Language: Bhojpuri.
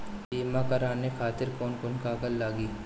बीमा कराने खातिर कौन कौन कागज लागी?